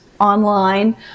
online